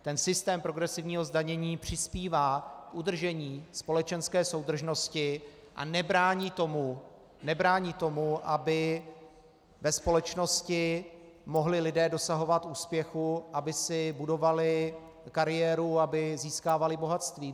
Ten systém progresivního zdanění přispívá k udržení společenské soudržnosti a nebrání tomu, aby ve společnosti mohli lidé dosahovat úspěchu, aby si budovali kariéru, aby získávali bohatství.